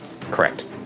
Correct